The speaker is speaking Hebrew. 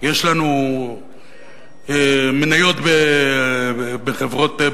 יש לנו מניות בחברות,